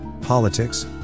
politics